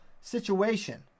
situation